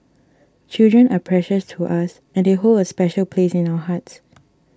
children are precious to us and they hold a special place in our hearts